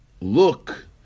look